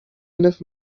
enough